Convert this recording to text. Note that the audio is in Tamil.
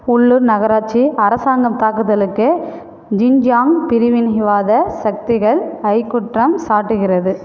உள்ளூர் நகராட்சி அரசாங்கம் தாக்குதலுக்கு சின்ஜியாங் பிரிவினைவாத சக்திகள் ஐ குற்றம் சாட்டுகிறது